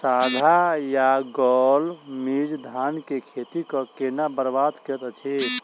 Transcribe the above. साढ़ा या गौल मीज धान केँ खेती कऽ केना बरबाद करैत अछि?